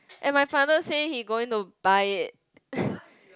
and my father say he going to buy it